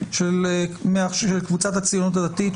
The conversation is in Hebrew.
של קבוצת הציונות הדתית,